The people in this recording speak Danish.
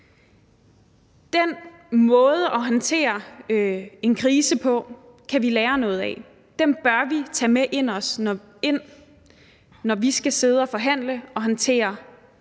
Den måde at håndtere en krise på kan vi lære noget af. Det bør vi tage med ind, når vi skal sidde og forhandle og håndtere